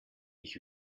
ich